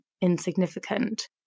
insignificant